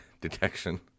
detection